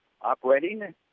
operating